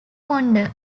ponder